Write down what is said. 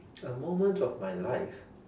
a moment of my life